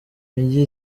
mijyi